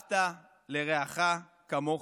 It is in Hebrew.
"ואהבת לרעך כמוך",